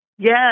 Yes